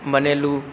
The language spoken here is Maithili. बनेलहुँ